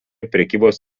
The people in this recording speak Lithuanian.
prekybos